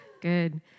Good